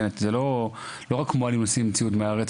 לא רק מוהלים נוסעים עם ציוד מהארץ,